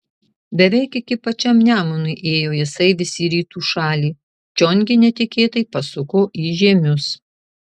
beveik iki pačiam nemunui ėjo jisai vis į rytų šalį čion gi netikėtai pasuko į žiemius